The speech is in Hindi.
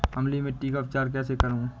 अम्लीय मिट्टी का उपचार कैसे करूँ?